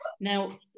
Now